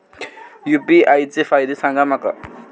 UPI चे फायदे सांगा माका?